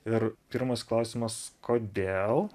ir pirmas klausimas kodėl